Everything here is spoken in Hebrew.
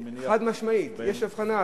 אני מניח --- חד-משמעית יש הבחנה,